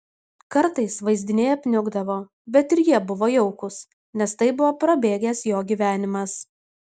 kartais vaizdiniai apniukdavo bet ir jie buvo jaukūs nes tai buvo prabėgęs jo gyvenimas